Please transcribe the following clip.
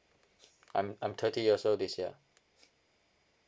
I'm I'm thirty years old this year